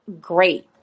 great